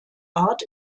art